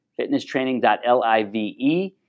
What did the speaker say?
fitnesstraining.live